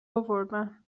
آوردن